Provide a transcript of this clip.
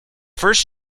first